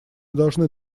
должны